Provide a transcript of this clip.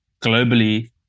globally